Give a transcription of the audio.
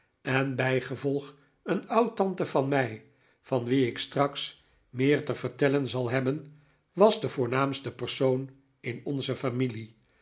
en bijgevolg een oudtante van mij van wie ik straks meer te vertellen zal hebben was de voornaamste persoon in onze familie